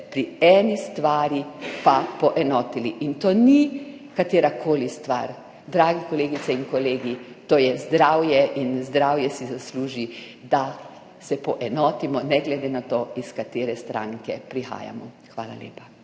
eni stvari pa poenotili. In to ni katerakoli stvar, drage kolegice in kolegi, to je zdravje. In zdravje si zasluži, da se poenotimo, ne glede na to, iz katere stranke prihajamo. Hvala lepa.